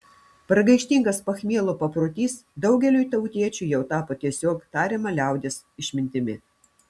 pragaištingas pachmielo paprotys daugeliui tautiečių jau tapo tiesiog tariama liaudies išmintimi